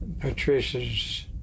Patricia's